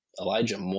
Elijah